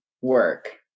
work